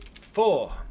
four